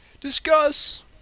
Discuss